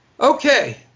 Okay